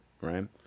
right